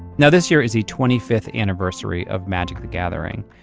now this year is the twenty fifth anniversary of magic the gathering.